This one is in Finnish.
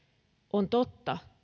on totta